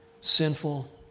sinful